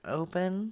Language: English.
open